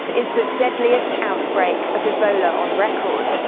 is the deadliest outbreak of ebola on record.